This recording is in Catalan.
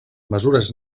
mesures